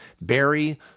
Barry